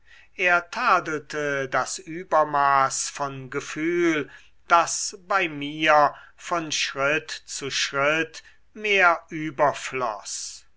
er tadelte das übermaß von gefühl das bei mir von schritt zu schritt mehr überfloß